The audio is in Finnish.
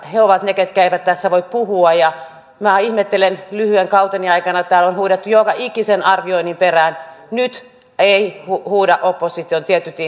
he ovat niitä ketkä eivät tässä voi puhua ja minä ihmettelen kun lyhyen kauteni aikana täällä on huudettu joka ikisen arvioinnin perään ja nyt eivät huuda opposition tietyt